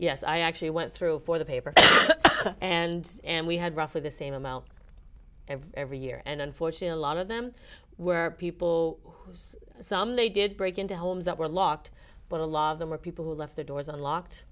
yes i actually went through for the paper and and we had roughly the same amount every year and unfortunately lot of them were people whose some they did break into homes that were locked but a lot of them were people who left their doors